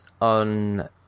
on